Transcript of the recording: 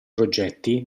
progetti